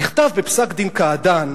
נכתב בפסק-דין קעדאן,